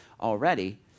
already